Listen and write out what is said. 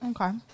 Okay